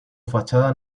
fachada